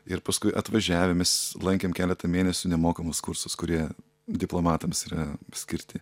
ir paskui atvažiavę mes lankėm keletą mėnesių nemokamus kursus kurie diplomatams yra skirti